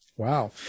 Wow